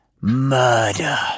murder